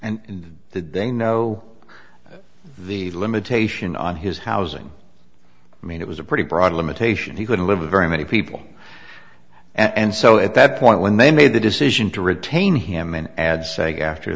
huff and they know the limitation on his housing i mean it was a pretty broad limitation he couldn't live a very many people and so at that point when they made the decision to retain him an ad saying after